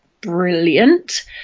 brilliant